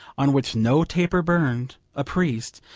on which no taper burned, a priest,